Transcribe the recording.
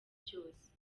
byose